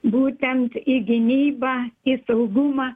būtent į gynybą į saugumą